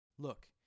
Look